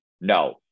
No